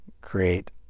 create